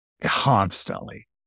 constantly